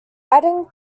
adding